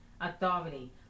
authority